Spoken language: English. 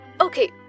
Okay